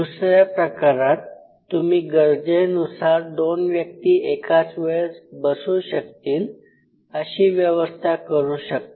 दुसऱ्या प्रकारात तुम्ही गरजेनुसार दोन व्यक्ती एकाच वेळेस बसू शकतील अशी व्यवस्था करू शकता